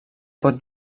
pot